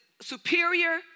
superior